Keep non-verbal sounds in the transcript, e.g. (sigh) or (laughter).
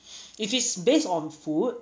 (noise) if it's based on food